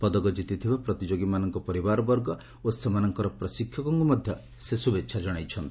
ପଦକ ଜିତିଥିବା ପ୍ରତିଯୋଗୀମାନଙ୍କ ପରିବାରବର୍ଗ ଓ ସେମାନଙ୍କର ପ୍ରଶିକ୍ଷକଙ୍କୁ ମଧ୍ୟ ସେ ଶୁଭେଚ୍ଛା ଜଣାଇଛନ୍ତି